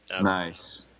Nice